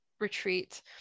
retreat